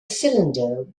cylinder